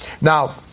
Now